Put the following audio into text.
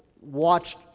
watched